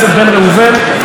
מכיר את הפרטים,